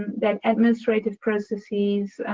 that administrative processes